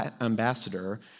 ambassador